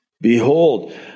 Behold